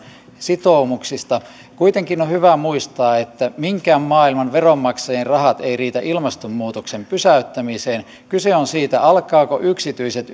sitoumuksista kuitenkin on hyvä muistaa että minkään maailman veronmaksajien rahat eivät riitä ilmastonmuutoksen pysäyttämiseen kyse on siitä alkavatko yksityiset